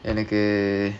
எனக்கு:enakku